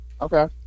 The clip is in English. Okay